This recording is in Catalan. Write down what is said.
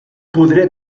podré